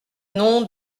nom